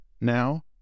Now